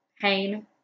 pain